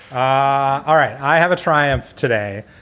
ah all right. i have a triumph today.